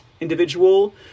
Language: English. individual